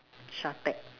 Shatec